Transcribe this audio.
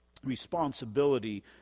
responsibility